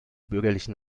bürgerlichen